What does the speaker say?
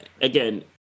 again